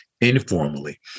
informally